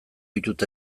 ditut